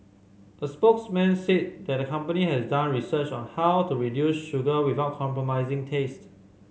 a spokesman said the company has done research on how to reduce sugar without compromising taste